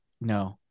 no